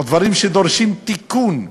או דברים שדורשים תיקון,